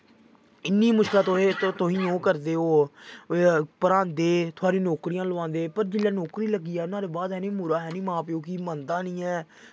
इन्नी मुशकलै तुसें ओह् करदे ओह् पढ़ांदे थोआड़ियां नौकरियां लोआंदे पर जेल्लै नौकरी लग्गी जाऽ नोहाड़े बाद जानी मुड़ा मां प्यो गी मनदा निं ऐ